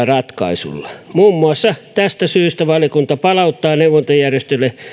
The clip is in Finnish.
ratkaisuilla muun muassa tästä syystä valiokunta palauttaa neuvontajärjestöille